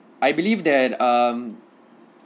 I believe that um